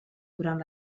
durant